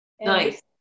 Nice